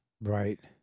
Right